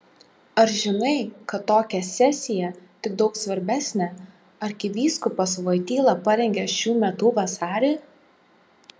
ar žinai kad tokią sesiją tik daug svarbesnę arkivyskupas voityla parengė šių metų vasarį